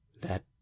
That